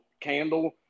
candle